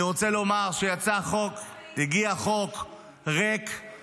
אני רוצה לומר שהגיע חוק ריק,